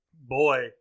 boy